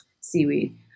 seaweed